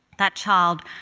that child,